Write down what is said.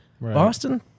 Boston